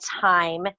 time